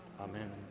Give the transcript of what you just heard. Amen